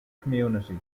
community